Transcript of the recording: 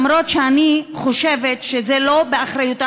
אף-על-פי שאני חושבת שזה לא באחריותה